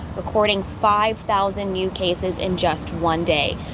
according five thousand new cases in just one day,